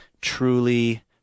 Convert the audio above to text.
truly